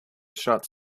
shots